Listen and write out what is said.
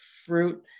fruit